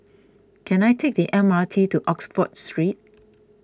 can I take the M R T to Oxford Street